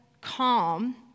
calm